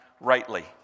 rightly